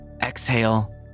Exhale